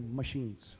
machines